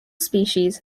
species